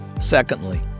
Secondly